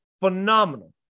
Phenomenal